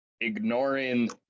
ignoring